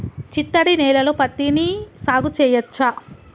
చిత్తడి నేలలో పత్తిని సాగు చేయచ్చా?